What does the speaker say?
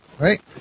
Right